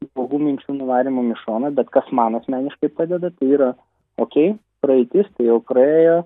blogų minčių nuvarymam į šoną bet kas man asmeniškai padeda tai yra okei praeitis tai jau praėjo